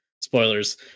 spoilers